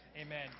Amen